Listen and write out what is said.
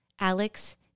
Alex